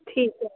ਠੀਕ ਹੈ